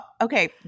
okay